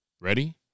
Ready